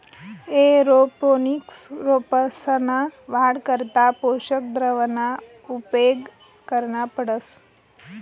aeroponics रोपंसना वाढ करता पोषक द्रावणना उपेग करना पडस